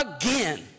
Again